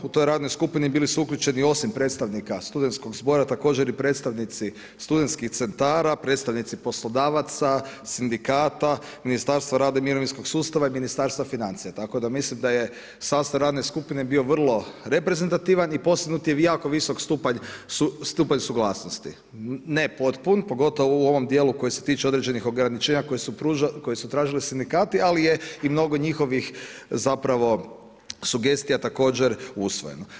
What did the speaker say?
U toj radnoj skupini bili su uključeni osim predstavnika studentskog zbora također i predstavnici studentskih centara, predstavnici poslodavaca, sindikata, Ministarstva rada i mirovinskog sustava i Ministarstva financija, tako da mislim da je sastav radne skupine bio vrlo reprezentativan i postignut je jako visok stupanj suglasnosti, ne potpun, pogotovo u ovom djelu koji se tiče određenih ograničenja koji su tražili sindikati, ali je i mnogo njihovih zapravo sugestija također usvojeno.